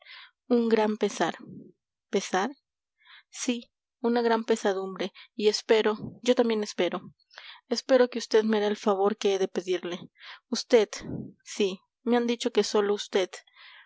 un gran pesar pesar sí una gran pesadumbre y espero yo también espero espero que vd me hará el favor que he de pedirle vd sí me han dicho que sólo usted